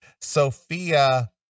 Sophia